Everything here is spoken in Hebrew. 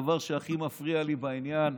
הדבר שהכי מפריע לי בעניין,